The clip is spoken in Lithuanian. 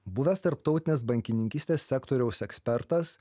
buvęs tarptautinės bankininkystės sektoriaus ekspertas